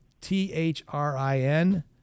T-H-R-I-N